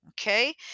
okay